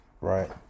right